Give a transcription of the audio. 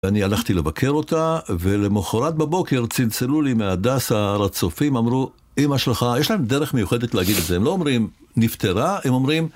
ואני הלכתי לבקר אותה, ולמחרת בבוקר צילצלו לי מהדסה הר הצופים, אמרו אמא שלך, יש להם דרך מיוחדת להגיד את זה, הם לא אומרים נפטרה, הם אומרים